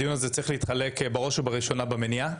הדיון זה צריך לעסוק, בראש ובראשונה, במניעה,